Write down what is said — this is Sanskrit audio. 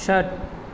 षट्